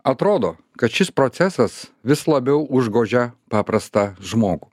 atrodo kad šis procesas vis labiau užgožia paprastą žmogų